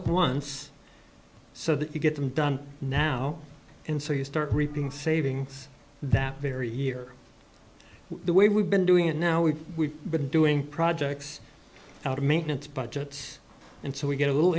at once so that you get them done now in so you start reaping savings that very year the way we've been doing it now we've been doing projects out of maintenance budget and so we get a little